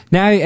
Now